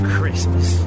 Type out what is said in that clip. Christmas